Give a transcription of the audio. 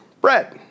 Brett